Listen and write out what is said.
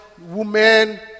women